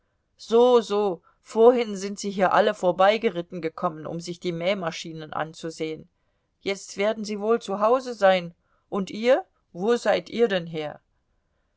so so vorhin sind sie hier alle vorbeigeritten gekommen um sich die mähmaschinen anzusehen jetzt werden sie wohl zu hause sein und ihr wo seid ihr denn her